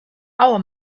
our